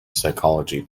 psychology